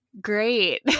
great